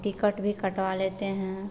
ticket भी कटवा लेते हैं